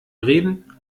reden